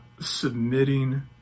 Submitting